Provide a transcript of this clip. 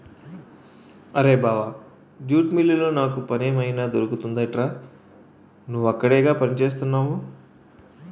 అరేయ్ బావా జూట్ మిల్లులో నాకు పనేమైనా దొరుకుతుందెట్రా? నువ్వక్కడేగా పనిచేత్తున్నవు